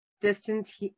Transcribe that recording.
distance